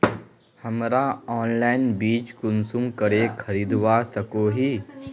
हमरा ऑनलाइन बीज कुंसम करे खरीदवा सको ही?